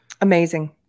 Amazing